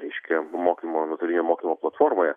reiškia mokymo nuotolinio mokymo platformoje